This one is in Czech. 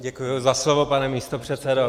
Děkuji za slovo, pane místopředsedo.